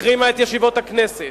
החרימה את ישיבות הכנסת,